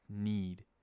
need